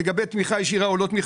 לגבי תמיכה ישירה או לא.